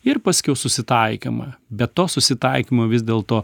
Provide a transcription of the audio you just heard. ir paskiau susitaikymą bet to susitaikymo vis dėlto